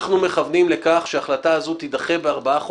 אנחנו מכוונים לכך שההחלטה הזו תידחה בארבעה חודשים,